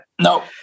No